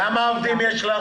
כמה עובדים יש לך.